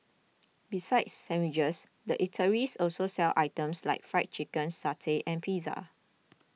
besides sandwiches the eateries also sell items like Fried Chicken satay and pizza